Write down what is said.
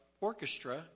orchestra